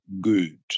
good